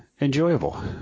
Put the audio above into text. enjoyable